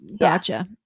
Gotcha